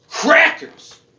Crackers